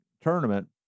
tournament